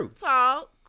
talk